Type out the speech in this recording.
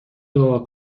دعا